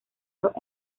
los